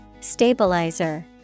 Stabilizer